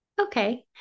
okay